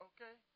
Okay